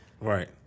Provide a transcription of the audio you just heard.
Right